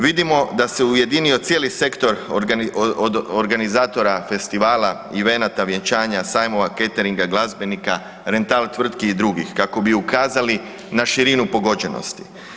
Vidimo da se ujedinio cijeli sektor od organizatora festivala, evenata, vjenčanja, sajmova, cateringa, glazbenika, rental tvrtki i drugih kako bi ukazali na širinu pogođenosti.